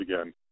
again